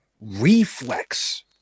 reflex